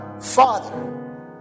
father